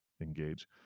engage